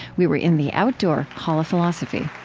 we were in the outdoor hall of philosophy